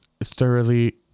thoroughly